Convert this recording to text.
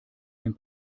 den